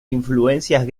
influencias